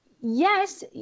yes